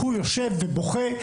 הוא יושב ובוכה.